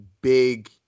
big